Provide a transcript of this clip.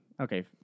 Okay